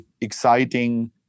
exciting